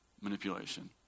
manipulation